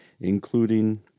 including